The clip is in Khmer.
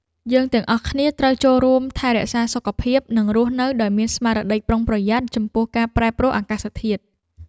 យើងទាំងអស់គ្នាត្រូវចូលរួមថែរក្សាសុខភាព និងរស់នៅដោយមានស្មារតីប្រុងប្រយ័ត្នចំពោះការប្រែប្រួលអាកាសធាតុ។